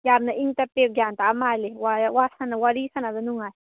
ꯌꯥꯝꯅ ꯏꯪ ꯇꯞꯄꯦ ꯒ꯭ꯌꯥꯟ ꯇꯥꯕ ꯃꯥꯜꯂꯤ ꯋꯥꯔꯤ ꯁꯥꯟꯅꯕꯗ ꯅꯨꯡꯉꯥꯏ